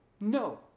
No